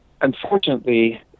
Unfortunately